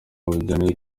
bugenewe